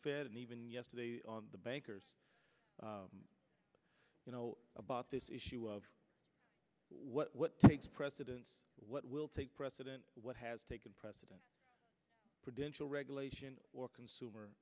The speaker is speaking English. fed and even yesterday on the bankers you know about this issue of what takes precedence what will take precedent what has taken precedence for dental regulation or consumer